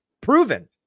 proven